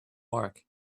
mark